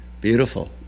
Beautiful